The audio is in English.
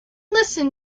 listen